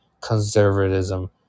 conservatism